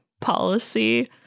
policy